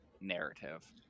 narrative